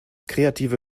kreative